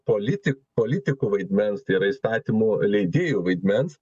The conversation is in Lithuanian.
politi politikų vaidmens tai yra įstatymų leidėjų vaidmens